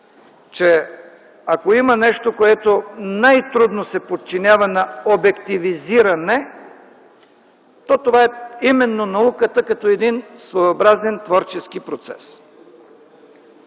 че ако има нещо, което най-трудно се подчинява на обективизиране, то това е именно науката като един своеобразен творчески процес.